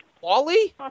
Wally